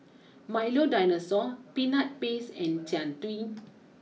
Milo dinosaur Peanut Paste and Jian Dui